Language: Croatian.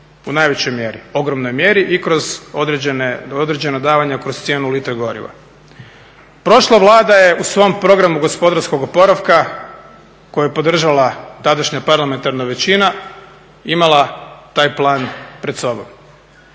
u najvećoj mjeri, ogromnoj mjeri i kroz određena davanja kroz cijenu litre goriva. Prošla Vlada je u svom programu gospodarskog oporavka koju je podržala tadašnja parlamentarna većina, imala taj plan pred sobom.